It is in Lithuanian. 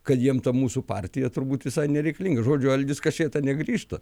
kad jiem ta mūsų partija turbūt visai nereikalinga žodžiu algis kašėta negrįžta